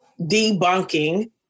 debunking